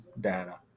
data